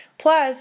Plus